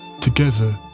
together